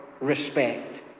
respect